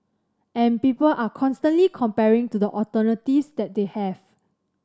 and people are constantly comparing to the alternatives that they have